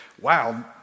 wow